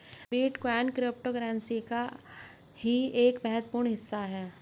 bitcoin cryptocurrency का ही एक महत्वपूर्ण हिस्सा है